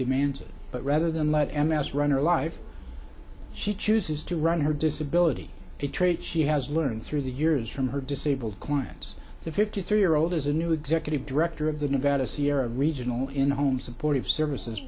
demands it but rather than let em ask in her life she chooses to run her disability a trait she has learned through the years from her disabled clients the fifty three year old as a new executive director of the nevada sierra regional in home supportive services